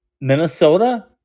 Minnesota